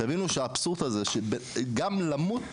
תבינו שהאבסורד הזה גם למות,